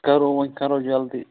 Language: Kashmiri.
کرو کرو وۅنۍ جلدی